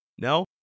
No